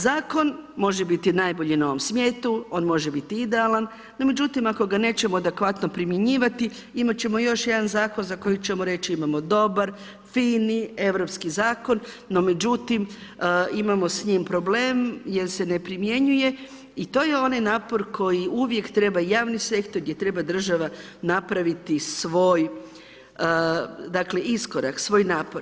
Zakon može biti najbolji na ovom svijetu, on može biti idealan, no međutim, ako ga nećemo adekvatno primjenjivati, imati ćemo još jedan zakon, za koji ćemo reći imamo dobar, fini, europski zakon, no međutim, imamo s njim problem jer se ne primjenjuje i to je onaj napor koji uvijek treba javni sektor, gdje treba država napraviti svoj iskorak, svoj napor.